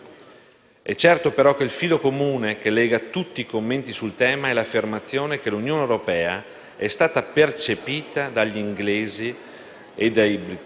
È certo però che il filo comune che lega tutti i commenti sul tema è l'affermazione che l'Unione europea è stata percepita, in particolare dai britannici,